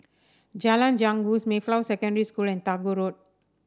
Jalan Janggus Mayflower Secondary School and Tagore Road